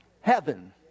Heaven